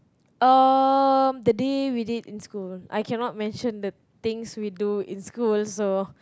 um the day we did in school I cannot mention the things we do in school so